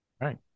Right